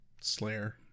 Slayer